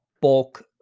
bulk